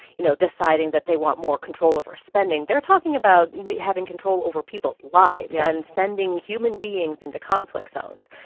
you know, deciding that they want more control over spending. they're talking about having control over people's lives yeah and sending human beings into conflict zones.